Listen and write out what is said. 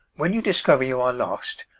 when you discover you are lost,